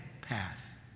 path